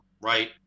right